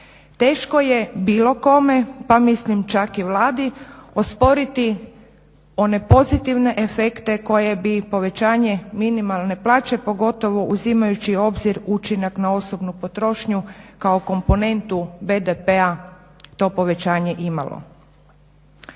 Teško je bilo kome pa mislim čak i Vladi osporiti one pozitivne efekte koje bi povećanje minimalne plaće pogotovo uzimajući u obzir učinak na osobnu potrošnju kao komponentu BDP-a to povećanje imalo.